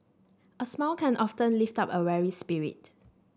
a smile can often lift up a weary spirit